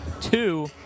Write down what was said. Two